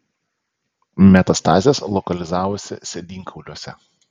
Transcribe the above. metastazės lokalizavosi sėdynkauliuose